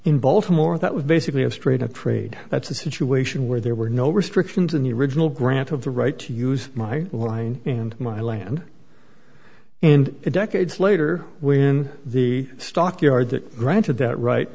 in baltimore that was basically a straight a trade that's a situation where there were no restrictions on the original grant of the right to use my line and my land and decades later when the stockyards granted that right